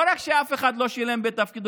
לא רק שאף אחד לא שילם בתפקידו,